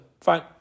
Fine